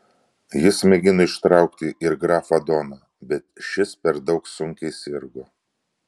jis mėgino ištraukti ir grafą doną bet šis per daug sunkiai sirgo